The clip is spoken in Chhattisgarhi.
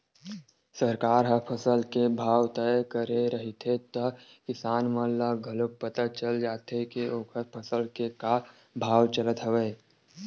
सरकार ह फसल के भाव तय करे रहिथे त किसान मन ल घलोक पता चल जाथे के ओखर फसल के का भाव चलत हवय